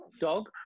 Dog